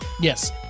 Yes